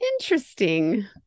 interesting